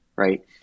Right